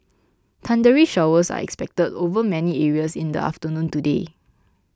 thundery showers are expected over many areas in the afternoon today